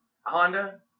Honda